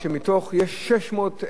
יש 600,000 כלי רכב,